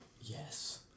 Yes